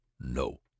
No